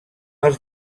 els